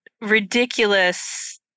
ridiculous